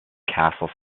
castle